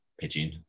pitching